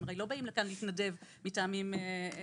שכן הם לא באים לכאן להתנדב מטעמים ציוניים,